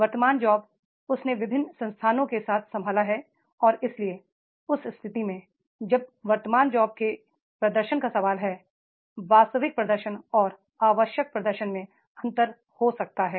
वर्तमान जॉब उसने विभिन्न संसाधनों के साथ संभाला है और इसलिए उस स्थिति में जब वर्तमान जॉब के प्रदर्शन का सवाल है वास्तविक प्रदर्शन और आवश्यक प्रदर्शन में अंतर हो सकता है